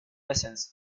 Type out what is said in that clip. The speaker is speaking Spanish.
descenso